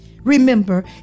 Remember